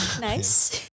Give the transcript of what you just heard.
nice